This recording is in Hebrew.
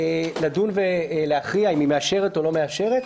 לדון ולהכריע אם היא מאשרת או לא מאשרת.